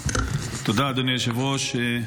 תודה, אדוני היושב-ראש.